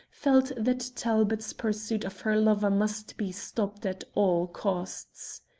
felt that talbot's pursuit of her lover must be stopped at all costs.